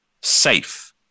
safe